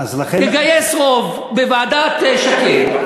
תגייס רוב בוועדת שקד.